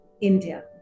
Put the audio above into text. India